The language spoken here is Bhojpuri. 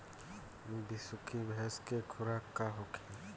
बिसुखी भैंस के खुराक का होखे?